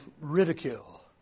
ridicule